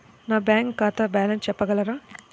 నా బ్యాంక్ ఖాతా బ్యాలెన్స్ చెప్పగలరా?